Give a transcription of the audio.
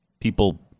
people